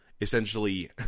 essentially